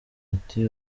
ati